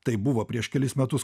taip buvo prieš kelis metus